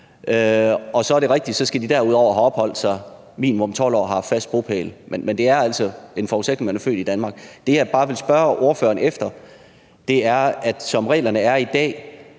Og så er det rigtigt, at de derudover skal have opholdt sig minimum 12 år her og have fast bopæl, men det er altså en forudsætning, at man er født i Danmark. Det, jeg bare vil spørge ordføreren om, er, at det jo vil være sådan,